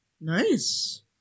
Nice